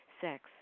sex